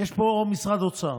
יש פה משרד אוצר